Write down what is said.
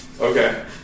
Okay